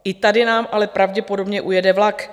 I tady nám ale pravděpodobně ujede vlak.